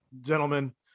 Gentlemen